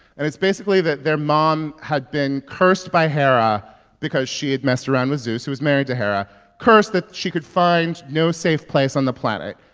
and it's basically that their mom had been cursed by hera because she had messed around with zeus who was married to hera a curse that she could find no safe place on the planet.